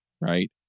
right